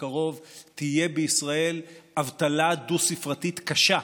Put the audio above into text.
הקרוב תהיה בישראל אבטלה דו-ספרתית קשה.